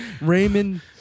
Raymond